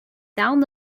down